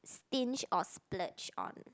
stingy or splurge on